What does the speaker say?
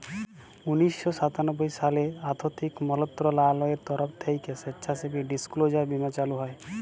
উনিশ শ সাতানব্বই সালে আথ্থিক মলত্রলালয়ের তরফ থ্যাইকে স্বেচ্ছাসেবী ডিসক্লোজার বীমা চালু হয়